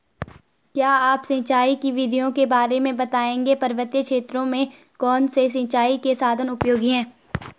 क्या आप सिंचाई की विधियों के बारे में बताएंगे पर्वतीय क्षेत्रों में कौन से सिंचाई के साधन उपयोगी हैं?